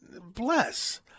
bless